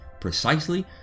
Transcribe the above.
precisely